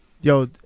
Yo